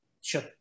Sure